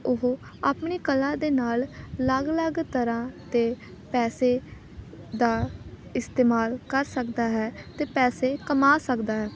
ਉਹ ਆਪਣੀ ਕਲਾ ਦੇ ਨਾਲ ਅਲੱਗ ਅਲੱਗ ਤਰ੍ਹਾਂ ਤੇ ਪੈਸੇ ਦਾ ਇਸਤੇਮਾਲ ਕਰ ਸਕਦਾ ਹੈ ਅਤੇ ਪੈਸੇ ਕਮਾ ਸਕਦਾ ਹੈ